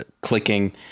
clicking